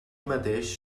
mateix